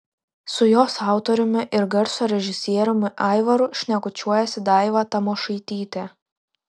su jos autoriumi ir garso režisieriumi aivaru šnekučiuojasi daiva tamošaitytė